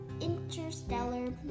interstellar